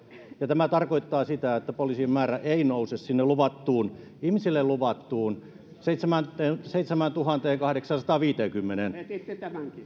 ja tämä tarkoittaa sitä että poliisien määrä ei nouse sinne ihmisille luvattuun seitsemääntuhanteenkahdeksaansataanviiteenkymmeneen